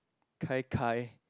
Gai-Gai